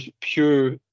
pure